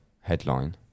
headline